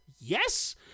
Yes